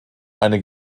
eine